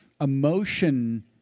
emotion